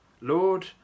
Lord